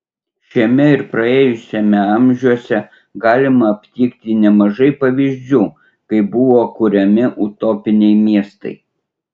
šiame ir praėjusiame amžiuose galima aptikti nemažai pavyzdžių kai buvo kuriami utopiniai miestai